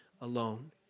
alone